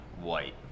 white